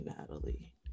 natalie